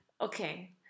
okay